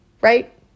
Right